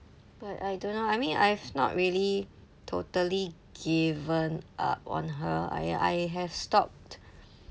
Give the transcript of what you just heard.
but I don't know I mean I've not really totally given up on her I I have stopped